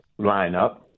lineup